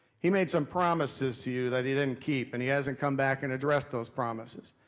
he made some promises to you that he didn't keep. and he hasn't come back and addressed those promises.